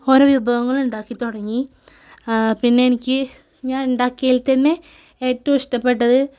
ഓരോ വിഭവങ്ങൾ ഉണ്ടാക്കി തുടങ്ങി പിന്നെ എനിക്ക് ഞാൻ ഉണ്ടാക്കിയതിൽ തന്നെ ഏറ്റവും ഇഷ്ടപ്പെട്ടത്